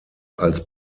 als